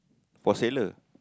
for sailor